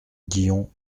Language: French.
guillon